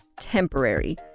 temporary